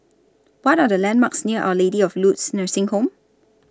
What Are The landmarks near Our Lady of Lourdes Nursing Home